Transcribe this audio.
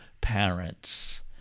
parents